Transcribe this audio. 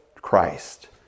Christ